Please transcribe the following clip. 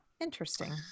interesting